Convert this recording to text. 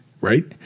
right